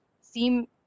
seem